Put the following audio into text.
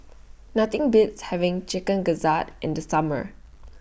Nothing Beats having Chicken Gizzard in The Summer